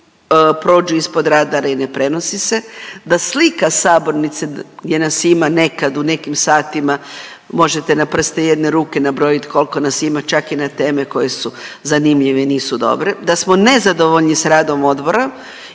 prođu ispod radara i ne prenosi se. Da slika sabornice, gdje nas ima, nekad u nekim satima, možete na prste jedne ruke nabrojit koliko nas ima, čak i na teme koje su zanimljivi, nisu dobre. Da smo nezadovoljni s radom odbora